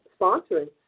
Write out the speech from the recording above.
sponsoring